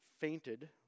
fainted